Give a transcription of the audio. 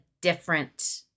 different